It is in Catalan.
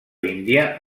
índia